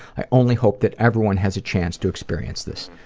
i only hope that everyone has a chance to experience this.